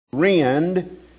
rend